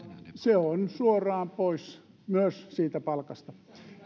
se on suoraan pois myös siitä palkasta